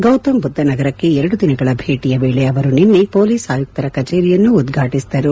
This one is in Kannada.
ಗೌತಮ್ ಬುದ್ದ ನಗರಕ್ಷೆ ಎರಡು ದಿನಗಳ ಭೇಟಿಯ ವೇಳೆ ಅವರು ನಿನ್ನೆ ಪೊಲೀಸ್ ಆಯುಕ್ತರ ಕಚೇರಿಯನ್ನು ಉದ್ಘಾಟಿಸಿದರು